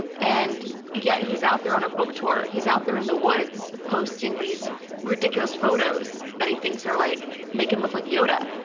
and yet he's out there on a book tour. he's out there in the woods posting these ridiculous photos that he thinks like make him look like yoda,